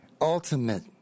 ultimate